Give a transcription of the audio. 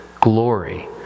glory